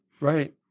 Right